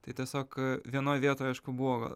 tai tiesiog vienoj vietoj aišku buvo